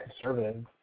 conservative